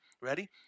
Ready